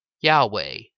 Yahweh